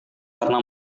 karena